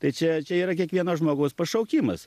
tai čia čia yra kiekvieno žmogaus pašaukimas